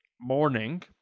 morning